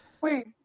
Wait